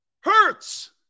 Hurts